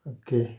okay